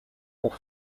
pour